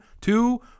Two